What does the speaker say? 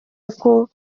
uko